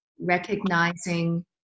recognizing